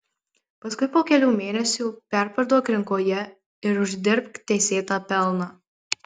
paskui po kelių mėnesių perparduok rinkoje ir uždirbk teisėtą pelną